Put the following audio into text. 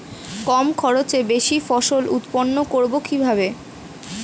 কম খরচে বেশি ফসল উৎপন্ন করব কিভাবে?